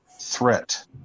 threat